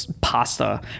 pasta